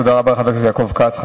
תודה רבה, חבר הכנסת יעקב כץ.